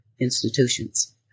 institutions